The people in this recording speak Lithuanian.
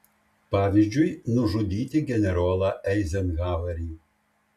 pavyzdžiui nužudyti generolą eizenhauerį